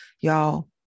y'all